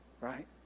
right